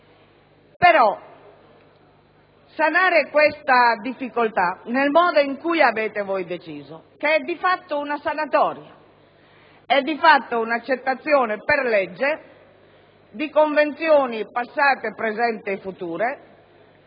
risolvere questa difficoltà nel modo in cui voi avete deciso è di fatto una sanatoria, è di fatto un'accettazione per legge di convenzioni passate, presenti e future,